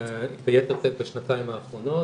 ביתר שאת בשנתיים האחרונות,